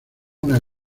una